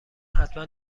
حتما